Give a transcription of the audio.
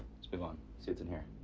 let's move on, see what's in here.